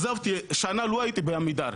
שנה לא הייתי בעמידר,